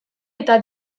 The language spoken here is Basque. eta